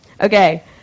Okay